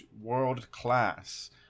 world-class